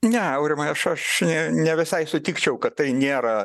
ne aurimai aš aš ne visai sutikčiau kad tai nėra